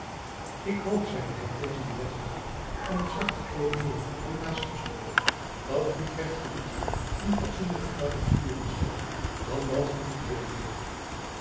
ik hoop zeide hij tegen een deftigen in t zwart gekleeden heer die naast hem stond dat utrecht van t jaar een fatsoenlijker varken sturen zal dan dat van verleden jaar